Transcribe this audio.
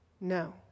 No